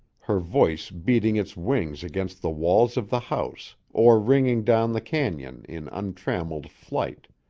her voice beating its wings against the walls of the house or ringing down the canon in untrammeled flight.